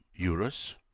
euros